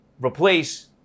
replace